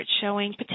showing